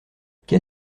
qu’est